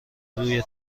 روی